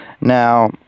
Now